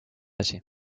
asi